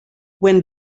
when